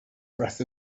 breath